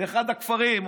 מאחד הכפרים,